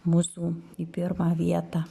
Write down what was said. mūsų į pirmą vietą